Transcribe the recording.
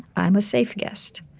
i'm a safe guest.